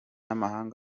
w’ububanyi